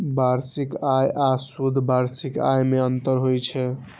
वार्षिक आय आ शुद्ध वार्षिक आय मे अंतर होइ छै